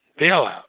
bailout